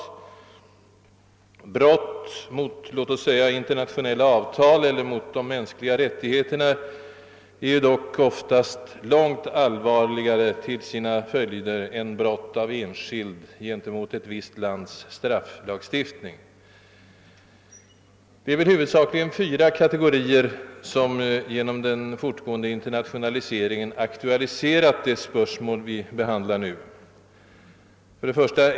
Brott mot låt oss säga internationella avtal eller mot de mänskliga rättigheterna är dock oftast långt allvarligare till sina följder än brott av enskild gentemot ett visst lands strafflagstiftning. Det är väl huvudsakligen fyra kategorier som genom den fortgående internationaliseringen aktualiserat det spörsmål vi nu behandlar. 1.